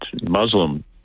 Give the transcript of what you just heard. Muslim